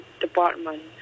department